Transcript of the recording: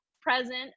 present